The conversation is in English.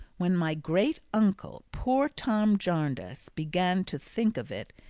when my great uncle, poor tom jarndyce, began to think of it,